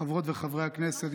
חברות וחברי הכנסת,